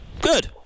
Good